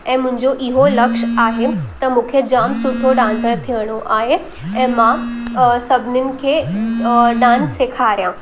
ऐं मुंहिंजो इहो लक्ष आहे त मूंखे जाम सुठो डांसर थियणो आहे ऐं मां सभिनीनि खे डांस सेखारियां